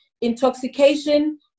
intoxication